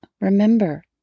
remember